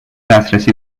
دسترسی